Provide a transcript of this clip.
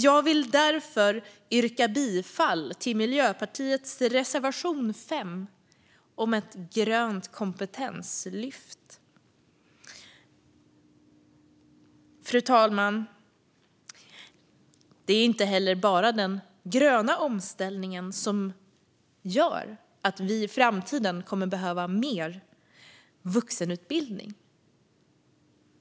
Jag vill därför yrka bifall till Miljöpartiets reservation 5 om ett grönt kompetenslyft. Fru talman! Det är inte heller bara den gröna omställningen som gör att vi i framtiden kommer att behöva mer vuxenutbildning.